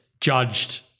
judged